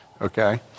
Okay